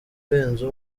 urenze